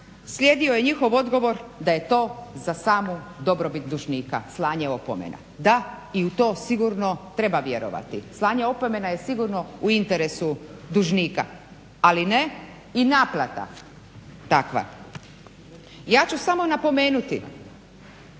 slijedio je njihov odgovor da je to za samu dobrobit dužnika slanje opomena. Da i u to sigurno treba vjerovati. Slanje opomena je sigurno u interesu dužnika, ali ne i naplata takva. Ja ću samo napomenuti